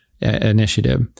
initiative